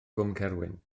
cwmcerwyn